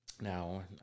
now